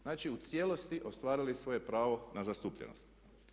Znači u cijelosti ostvarili svoje pravo na zastupljenost.